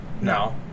No